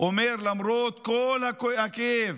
ואומר שלמרות כל הכאב,